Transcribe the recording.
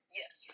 yes